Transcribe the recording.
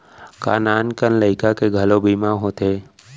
का नान कन लइका के घलो बीमा होथे?